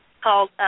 called